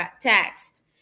taxed